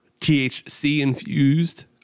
THC-infused